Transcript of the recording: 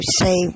say